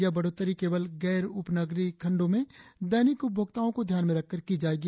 यह बढ़ोत्तरी केवल गैर उपनगरीय खंडो में दैनिक उपभोक्ताओं को ध्यान में रखकर की जाएगी